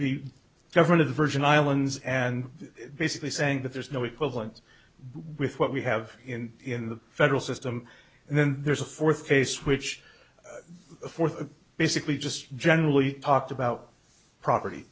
the government of the virgin islands and basically saying that there's no equivalent with what we have in in the federal system and then there's a fourth case which fourth basically just generally talked about property